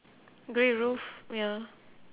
grey roof ya